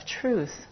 truth